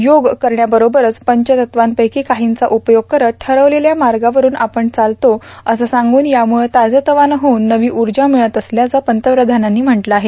योग करण्याबरोबरच पंचतत्त्वांपैकी काहींचा उपयोग करत ठरविलेल्या मार्गावरून आपण चालतो असं सांगून यामुळं ताजेतवानं होऊन नवी उर्जा मिळत असल्याचं पंतप्रधानांनी म्हटलं आहे